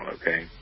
Okay